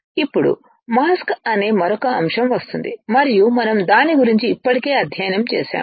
ఇప్పుడు మాస్క్ అనే మరొక అంశం వస్తుంది మరియు మనం దాని గురించి ఇప్పటికే అధ్యయనం చేసాము